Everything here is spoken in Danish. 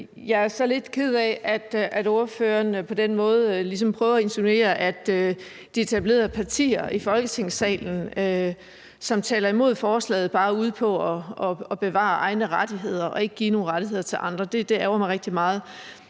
Jeg er så lidt ked af, at ordføreren på den måde ligesom prøver at insinuere, at de etablerede partier i Folketingssalen, som taler imod forslaget, bare er ude på at bevare egne rettigheder og ikke give nogen rettigheder til andre. Det ærgrer mig rigtig meget.